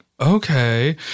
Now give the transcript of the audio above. okay